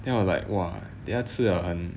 then I was like !wah! 等下吃了很